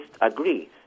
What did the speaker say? agree